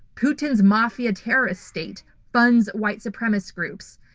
putin's mafia terrorist state funds white supremacist groups,